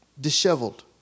disheveled